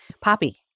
Poppy